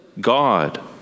God